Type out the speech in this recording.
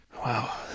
Wow